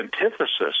antithesis